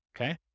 Okay